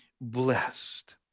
blessed